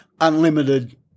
unlimited